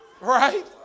Right